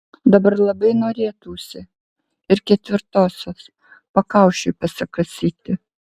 dabar labai norėtųsi ir ketvirtosios pakaušiui pasikasyti